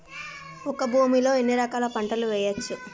ఒక భూమి లో ఎన్ని రకాల పంటలు వేయచ్చు?